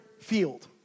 field